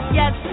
yes